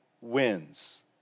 wins